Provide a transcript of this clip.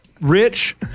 rich